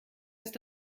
ist